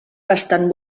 bastant